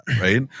right